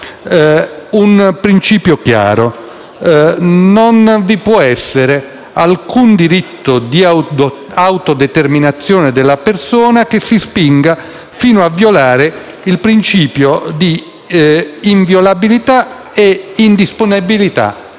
un principio chiaro per cui non vi può essere alcun diritto di autodeterminazione della persona che si spinga fino a violare il principio di inviolabilità e indisponibilità